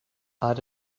add